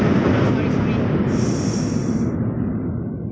sorry sorry